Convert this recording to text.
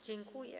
Dziękuję.